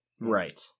Right